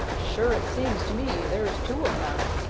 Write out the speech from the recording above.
sure it seems to me there's two of them.